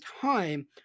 time